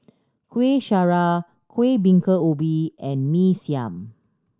Kuih Syara Kuih Bingka Ubi and Mee Siam